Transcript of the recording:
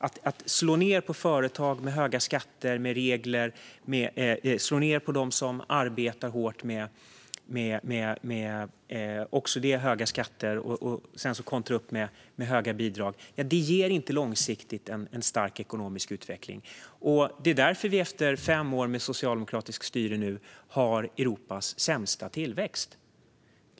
Att med hjälp av höga skatter och regler slå ned på företag och dem som arbetar hårt för att sedan kontra med höga bidrag ger inte en långsiktigt stark ekonomisk utveckling. Det är därför Sverige efter fem år av socialdemokratiskt styre har Europas sämsta tillväxt.